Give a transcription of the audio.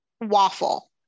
waffle